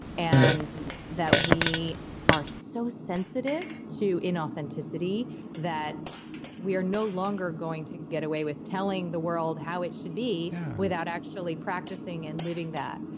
and that we are so sensitive to inauthenticity that we are no longer going to get away with telling the world how it should be without actually practicing and living that.